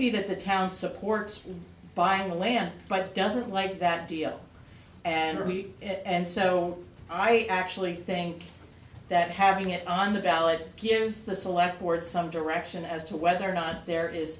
be that the town supports buying the land but doesn't like that deal and repeat it and so i actually think that having it on the ballot here is the select board some direction as to whether or not there is